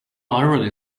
iron